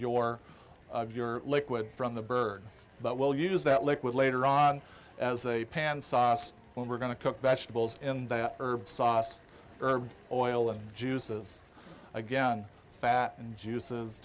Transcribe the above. your of your liquid from the bird but we'll use that liquid later on as a pan sauce when we're going to cook vegetables in that herb sauce oil and juices again fat and juices